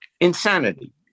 Insanity